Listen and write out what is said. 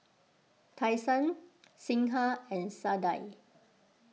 Tai Sun Singha and Sadia